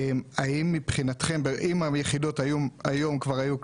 אם היחידות היום כבר היו קמות,